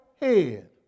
head